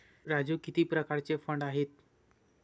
राजू किती प्रकारचे फंड आहेत?